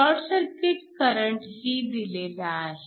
short circuit करंटही दिलेला आहे